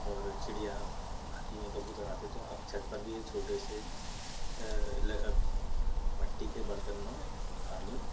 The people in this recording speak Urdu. اور چڑیاں آتی ہیں کبوتر آتے ہیں تو آپ چھت پر بھی ایک چھوٹے سے مٹی کے برتن میں پانی